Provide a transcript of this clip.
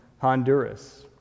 Honduras